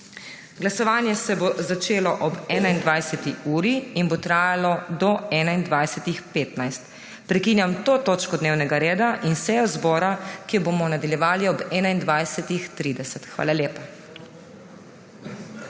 Glasovanje se bo začelo ob 21. uri in bo trajalo do 21.15. Prekinjam to točko dnevnega reda in sejo zbora, ki jo bomo nadaljevali ob 21.30. Hvala lepa.